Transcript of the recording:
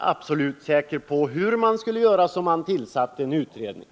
absolut säker på hur man skulle göra, och därför tillsattes en utredning.